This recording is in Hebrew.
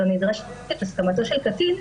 לא נדרשת --- הסכמתו של קטין,